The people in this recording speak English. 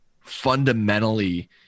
fundamentally